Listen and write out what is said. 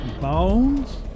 Bones